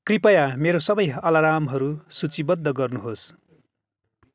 कृपया मेरो सबै अलारामहरू सूचीबद्ध गर्नुहोस्